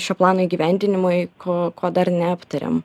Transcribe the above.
šio plano įgyvendinimui ko ko dar neaptarėm